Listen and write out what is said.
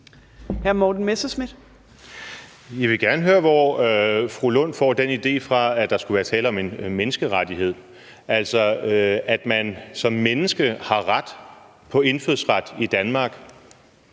Jeg vil gerne høre, hvorfra fru Rosa Lund får den idé, at der skulle være tale om en menneskerettighed. Altså, at man som menneske har ret til indfødsret i Danmark,